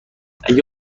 اگه